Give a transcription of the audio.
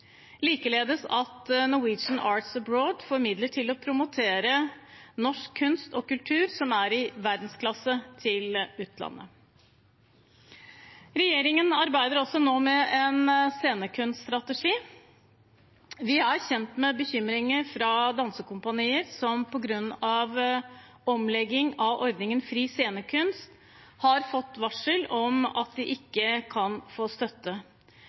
likeledes at Norwegian Arts Abroad får midler til å promotere norsk kunst og kultur i verdensklasse i utlandet. Regjeringen arbeider også nå med en scenekunststrategi. Vi er kjent med bekymringer fra dansekompanier, som på grunn av omlegging av ordningen Fri scenekunst har fått varsel om at de ikke kan få støtte.